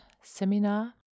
seminar